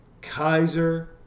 Kaiser